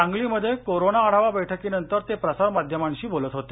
सांगलीमध्ये कोरोना आढावा बैठकीनंतर ते प्रसार माध्यमांशी बोलत होते